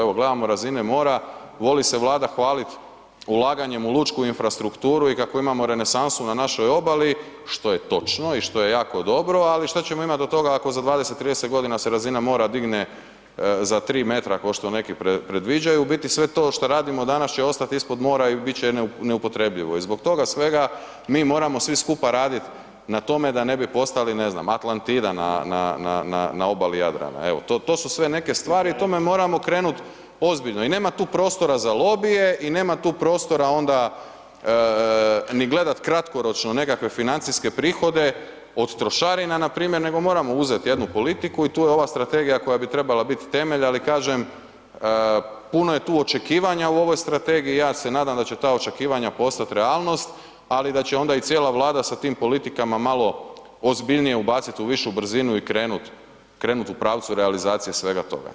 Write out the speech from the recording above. Evo gledamo razine mora, voli se Vlada hvalit ulaganjem u lučku infrastrukturu i kako imamo renesansu na našoj obali, što je točno i što je jako dobro, ali šta ćemo imat od toga ako za 20-30.g. se razina mora digne za 3 m košto neki predviđaju, u biti sve to što radimo danas će ostat ispod mora i bit će neupotrebljivo i zbog toga svega mi moramo svi skupa radit na tome da ne bi postali ne znam Atlantida na, na, na, na, na obali Jadrana, evo to, to su sve neke stvari i tome moramo krenut ozbiljno i nema tu prostora za lobije i nema tu prostora onda ni gledat kratkoročno nekakve financijske prihode od trošarina npr. nego moramo uzet jednu politiku i tu je ova strategija koja bi trebala bit temelj, ali kažem puno je tu očekivanja u ovoj strategiji, ja se nadam da će ta očekivanja postat realnost, ali da će onda i cijela Vlada sa tim politikama malo ozbiljnije ubacit u višu brzinu i krenut, krenut u pravcu realizacije svega toga.